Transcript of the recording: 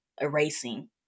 erasing